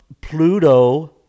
Pluto